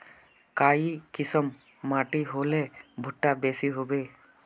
काई किसम माटी होले भुट्टा बेसी होबे?